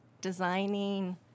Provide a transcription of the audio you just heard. designing